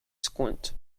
squint